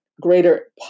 greater